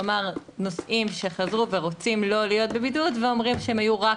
כלומר נוסעים שחזרו ורוצים לא להיות בבידוד ואומרים שהם היו רק